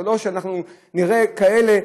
ולא שאנחנו נראה כאלה,